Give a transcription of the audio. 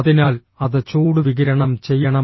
അതിനാൽ അത് ചൂട് വികിരണം ചെയ്യണം